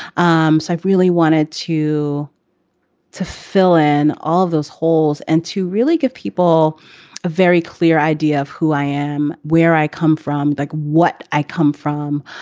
um so i've really wanted to to fill in all of those holes and to really give people a very clear idea of who i am, where i come from, like what i come from,